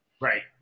right